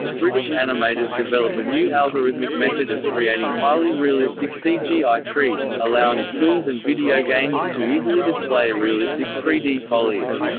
british animators develop a new algorithmic method of creating highly realistic cgi trees, allowing films and video games to easily display realistic three d foliage.